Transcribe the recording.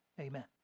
Amen